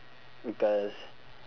because